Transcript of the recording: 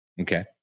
okay